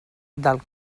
del